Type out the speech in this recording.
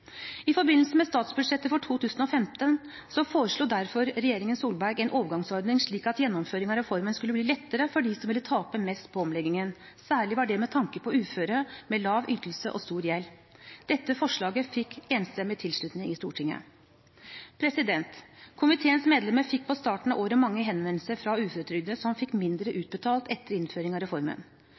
I forbindelse med statsbudsjettet for 2015 foreslo derfor regjeringen Solberg en overgangsordning, slik at gjennomføring av reformen skulle bli lettere for dem som ville tape mest på omleggingen, særlig var det med tanke på uføre med lav ytelse og stor gjeld. Dette forslaget fikk enstemmig tilslutning i Stortinget. Komiteens medlemmer fikk på starten av året mange henvendelser fra uføretrygdede som fikk mindre utbetalt etter innføringen av reformen.